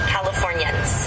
Californians